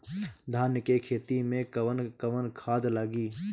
धान के खेती में कवन कवन खाद लागी?